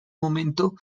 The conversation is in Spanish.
momento